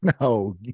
No